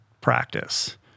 practice